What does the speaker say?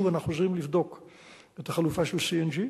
שוב אנחנו חוזרים לבדוק את החלופה של CNG,